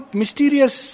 mysterious